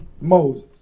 Moses